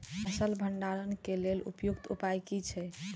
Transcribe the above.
फसल भंडारण के लेल उपयुक्त उपाय कि छै?